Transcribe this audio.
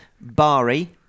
Bari